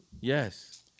Yes